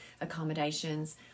accommodations